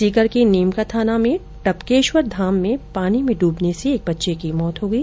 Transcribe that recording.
सीकर के नीम का थाना में टपकेश्वर धाम में पानी में डूबने से एक बच्चे की मौत हो गई